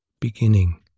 Beginning